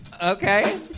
Okay